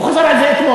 הוא חזר על זה אתמול.